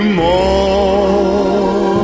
more